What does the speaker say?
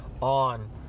on